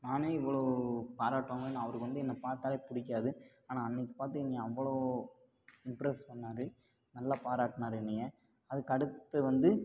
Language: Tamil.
நானே இவ்வளோ பாராட்டுவாங்கினேன்னு அவருக்கு வந்து என்னை பார்த்தாலே பிடிக்காது ஆனால் அன்னைக்கி பார்த்து என்னையை அவ்வளோ இம்ப்ரெஸ் பண்ணார் நல்லா பாராட்டினாரு என்னையை அதுக்கடுத்து வந்து